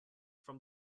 from